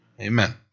Amen